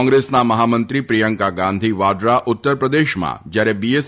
કોંગ્રેસના મફામંત્રી પ્રિથંકા ગાંધી વાડરા ઉત્તરપ્રદેશમાં જ્યારે બી એસ